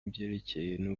ibyerekeye